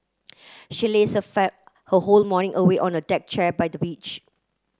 she laze a fan her whole morning away on a deck chair by the beach